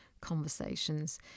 conversations